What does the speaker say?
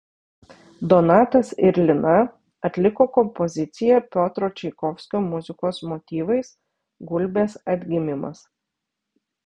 donatas ir lina atliko kompoziciją piotro čaikovskio muzikos motyvais gulbės atgimimas